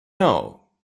know